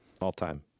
all-time